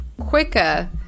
quicker